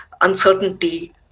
uncertainty